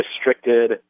restricted